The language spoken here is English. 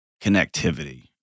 connectivity